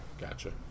Gotcha